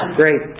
great